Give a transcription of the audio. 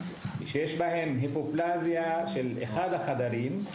מומים שיש בהם היפופלזיה של אחד החדרים,